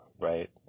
right